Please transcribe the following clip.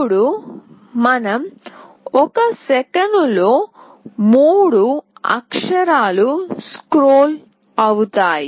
ఇప్పుడు మనం ఒక సెకనులో 3 అక్షరాలు స్క్రోల్ అవుతాయి